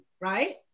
right